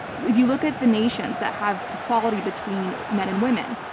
if you look at the nations that have equality between men and women,